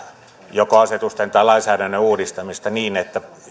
joko asetusten tai lainsäädännön uudistamista kiirehtiä niin että